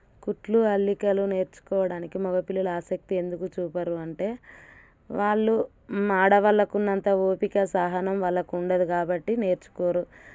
కుట్లు అల్లికలు నేర్చుకోవడానికి మగ పిల్లలు ఆసక్తి ఎందుకు చూపరు అంటే వాళ్ళు ఆడవాళ్ళకు ఉన్నంత ఓపిక సహనం వాళ్ళకుండదు కాబట్టి నేర్చుకోరు